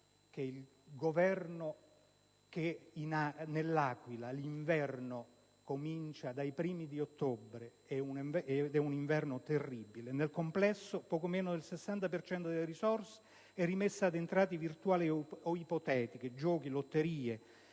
è abruzzese, sa che a L'Aquila l'inverno comincia dai primi di ottobre, ed è un inverno terribile. Nel complesso, poco meno del 60 per cento delle risorse è rimesso ad entrate virtuali o ipotetiche (giochi, lotterie,